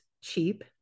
cheap